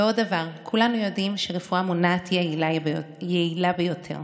ועוד דבר: כולנו יודעים שרפואה מונעת היא היעילה ביותר.